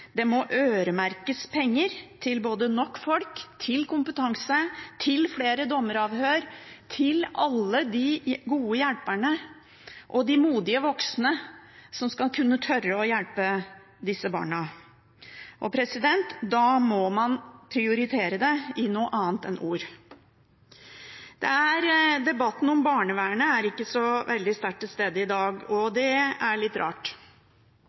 Det må øremerkes penger til nok folk, kompetanse, flere dommeravhør og alle de gode hjelperne og de modige voksne som skal kunne tørre å hjelpe disse barna. Da må man prioritere det i noe annet enn ord. Debatten om barnevernet er ikke så veldig sterkt til stede i dag, og det er litt rart.